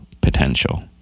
potential